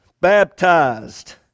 Baptized